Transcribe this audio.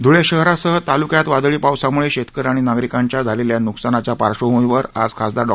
धुळे शहरासह तालुक्यात वादळी पावसामुळे शेतकरी आणि नागरीकांच्या झालेल्या नुकसानाच्या पार्श्वभूमीवर आज खासदार डॉ